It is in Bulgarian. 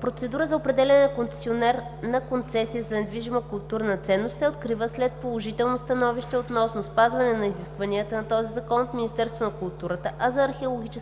Процедура за определяне на концесионер на концесия за недвижима културна ценност се открива след положително становище относно спазване на изискванията на този закон от Министерството на културата, а за археологическите